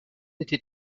était